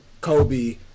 Kobe